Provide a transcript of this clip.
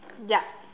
yup